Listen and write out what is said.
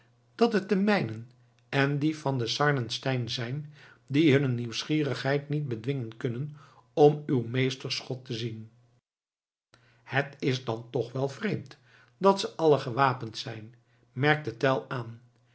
dat het de mijnen en die van den sarnenstein zijn die hunne nieuwsgierigheid niet bedwingen kunnen om uw meesterschot te zien het is dan toch wel vreemd dat ze allen gewapend zijn merkte tell aan